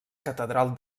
catedral